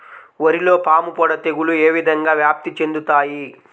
వరిలో పాముపొడ తెగులు ఏ విధంగా వ్యాప్తి చెందుతాయి?